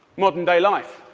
modern-day life.